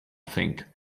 think